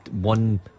one